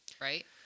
right